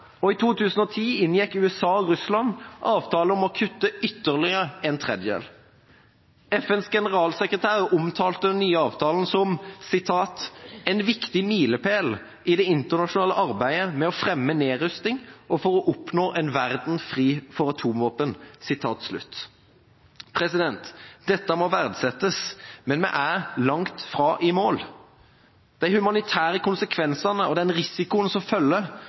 og i 2010 inngikk USA og Russland avtale om å kutte ytterligere en tredjedel. FNs generalsekretær omtalte den nye avtalen som en viktig milepæl i det internasjonale arbeidet med å fremme nedrustning og for å oppnå en verden fri for atomvåpen. Dette må verdsettes, men vi er langt fra i mål. De humanitære konsekvensene og den risikoen som følger